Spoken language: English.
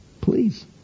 Please